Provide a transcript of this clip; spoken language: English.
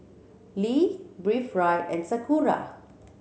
Lee Breathe Right and Sakura